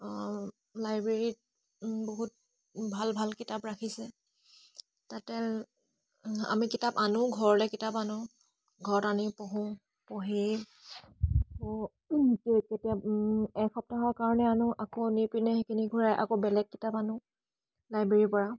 আ লাইব্ৰেৰীত বহুত ভাল ভাল কিতাপ ৰাখিছে তাতে আমি কিতাপ আনো ঘৰলৈ কিতাপ আনো ঘৰত আনি পঢ়োঁ পঢ়ি কেতিয়া এসপ্তাহৰ কাৰণে আনো আকৌ আনি পিনে সেইখিনি ঘূৰাই আকৌ বেলেগ কিতাপ আনো লাইব্ৰেৰীৰ পৰা